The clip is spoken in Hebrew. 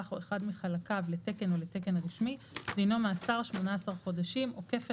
או אחד מחלקיו לתקן או לתקן רשמי דינו מאסר 18 חודשים או כפל